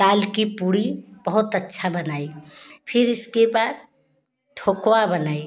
दाल की पूड़ी बहुत अच्छा बनाई फिर इसके बाद ठोकवा बनाई